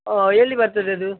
ಓ ಎಲ್ಲಿ ಬರ್ತದೆ ಅದು